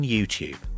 YouTube